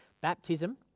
Baptism